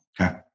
Okay